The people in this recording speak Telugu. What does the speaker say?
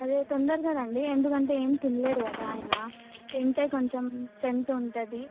అదే తొందరగా రండి ఎందుకంటే ఏం తినలేదు కదా ఆయన తింటే కొంచెం స్ట్రెంతుంటుంది